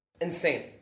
Insane